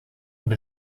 and